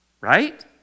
right